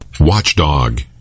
Watchdog